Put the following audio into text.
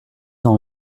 dans